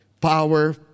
power